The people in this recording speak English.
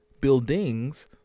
buildings